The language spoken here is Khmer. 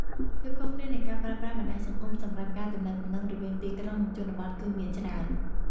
ភាពខុសគ្នានៃការប្រើប្រាស់បណ្ដាញសង្គមសម្រាប់ការទំនាក់ទំនងរវាងទីក្រុង និងជនបទគឺមានច្រើន។